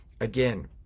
Again